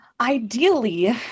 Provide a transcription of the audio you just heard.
ideally